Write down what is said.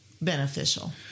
beneficial